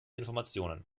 informationen